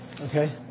Okay